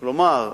כלומר,